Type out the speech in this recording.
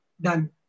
done